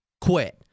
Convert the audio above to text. quit